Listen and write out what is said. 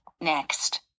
Next